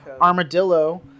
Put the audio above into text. Armadillo